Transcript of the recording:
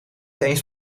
eens